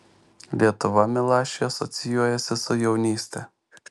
lietuva milašiui asocijuojasi su jaunyste